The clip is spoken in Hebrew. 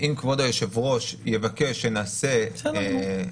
אם כבוד היושב-ראש יבקש מאתנו